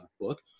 book